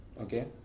okay